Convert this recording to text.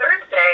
Thursday